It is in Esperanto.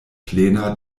plena